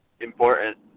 important